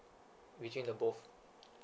between the both